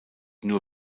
nur